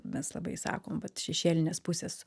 mes labai sakom vat šešėlinės pusės